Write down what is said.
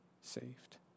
saved